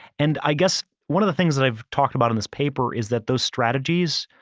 and i guess one of the things that i've talked about in this paper is that those strategies,